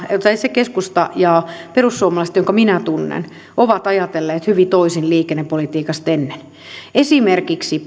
se keskusta ja ne perussuomalaiset jotka minä tunnen ovat ajatelleet hyvin toisin liikennepolitiikasta ennen esimerkiksi